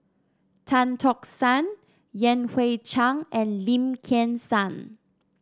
Tan Tock San Yan Hui Chang and Lim Kim San